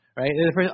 right